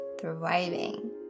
thriving